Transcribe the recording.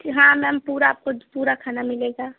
कि हाँ मैम पूरा आपको पूरा खाना मिलेगा